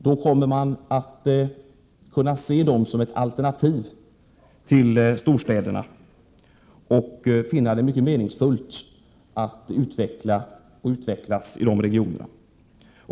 Då kommer man att kunna se dem som alternativ till storstäderna och finna det meningsfullt att utveckla och utvecklas i de regionerna.